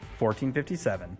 1457